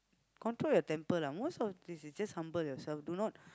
control your temper lah most of this is just humble yourself do not